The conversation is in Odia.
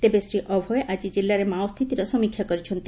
ତେବେ ଶ୍ରୀ ଅଭୟ ଆକି ଜିଲ୍ଲାରେ ମାଓ ସ୍ଚିତିର ସମୀକ୍ଷା କରିଛନ୍ତି